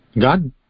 God